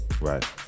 Right